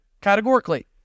categorically